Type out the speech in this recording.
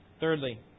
Thirdly